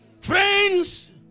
Friends